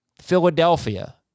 Philadelphia